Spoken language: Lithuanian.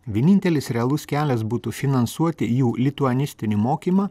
vienintelis realus kelias būtų finansuoti jų lituanistinį mokymą